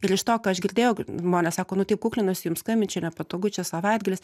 ir iš to ką aš girdėjau žmonės sako nu taip kuklinuosi jums skambint čia nepatogu čia savaitgalis